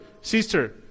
sister